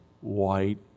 white